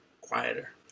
quieter